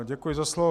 Děkuji za slovo.